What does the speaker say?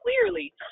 clearly